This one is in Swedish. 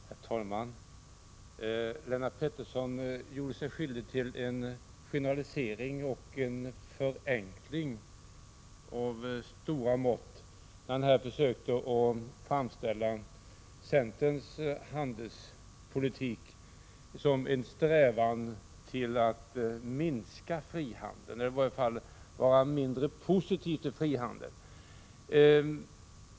Herr talman! Lennart Pettersson gjorde sig skyldig till en generalisering och en förenkling av stora mått när han här försökte framställa centerns handelspolitik som en strävan till att minska frihandeln eller i varje fall att vara mindre positiv till frihandeln.